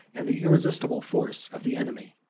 and the irresistible force of the enemy.